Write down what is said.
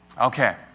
Okay